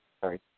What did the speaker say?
Sorry